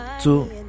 two